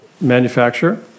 manufacturer